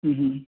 হু হু